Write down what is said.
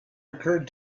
occurred